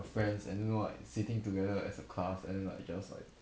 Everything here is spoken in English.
your friends and you know like sitting together as a class and like just like